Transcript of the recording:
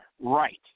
right